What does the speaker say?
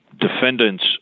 defendant's